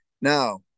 Now